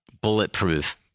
bulletproof